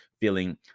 feeling